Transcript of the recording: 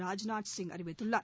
ராஜ்நாத் சிங் அறிவித்துள்ளார்